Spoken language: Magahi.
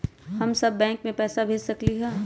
हम सब बैंक में पैसा भेज सकली ह?